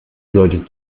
solltest